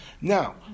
Now